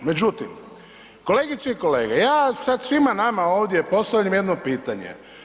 Međutim, kolegice i kolege ja sad svima nama ovdje postavljam jedno pitanje.